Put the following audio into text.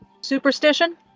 Superstition